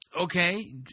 Okay